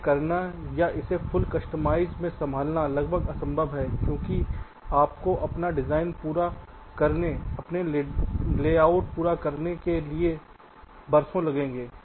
इसे करना या इसे फुल कस्टमाइज में संभालना लगभग असंभव है क्योंकि आपको अपना डिज़ाइन पूरा करने अपना लेआउट पूरा करने के लिए में वर्षों लगेंगे